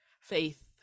faith